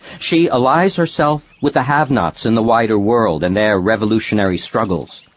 she allies herself with the have-nots in the wider world and their revolutionary struggles.